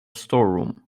storeroom